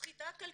סחיטה כלכלית,